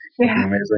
amazing